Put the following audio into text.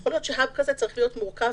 יכול להיות ש-Hub כזה צריך להיות מרוכז